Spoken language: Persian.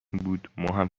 بود، ماهم